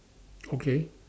okay